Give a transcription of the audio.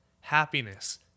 happiness